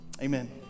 Amen